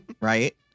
Right